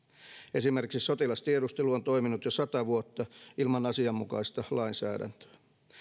esimerkiksi sotilastiedustelu on toiminut jo sata vuotta ilman asianmukaista lainsäädäntöä